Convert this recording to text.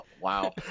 Wow